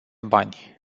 bani